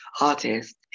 artist